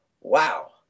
wow